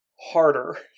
harder